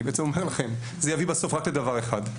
אני בעצם אומר לכם, זה יביא בסוף רק לדבר אחד,